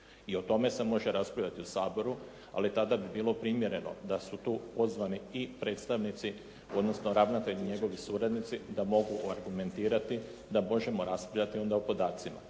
I o tome se može raspravljati u Saboru, ali tada bi bilo primjereno da su tu pozvani i predstavnici, odnosno ravnatelji, njegovi suradnici da mogu argumentirati, da možemo raspravljati onda o podacima.